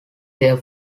there